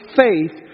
faith